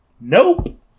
nope